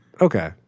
Okay